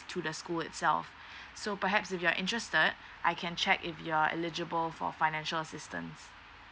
through the school itself so perhaps if you are interested I can check if you're eligible for financial assistance